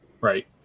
right